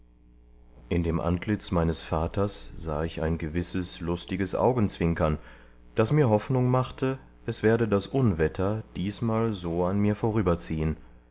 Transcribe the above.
in dem antlitz meines vaters sah ich ein gewisses lustiges augenzwinkern das mir hoffnung machte es werde das unwetter diesmal so an mir